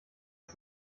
als